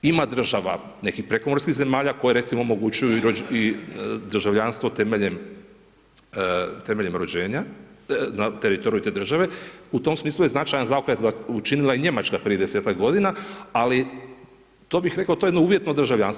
Ima država, nekih prekomorskih zemalja koje recimo omogućuju državljanstvo temeljem rođenja, na teritoriju te države, u tom smislu je značajan zaokret učinila i Njemačka prije par godina, ali to bih rekao, to je jedno uvjetno državljanstvo.